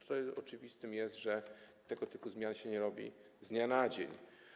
Oczywiste jest, że tego typu zmian się nie robi z dnia na dzień.